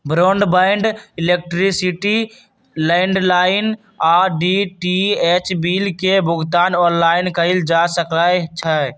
broadband, electricity, landline आऽ DTH bill के भुगतान ऑनलाइन कएल जा सकइ छै